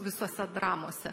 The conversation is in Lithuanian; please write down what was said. visose dramose